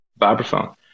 vibraphone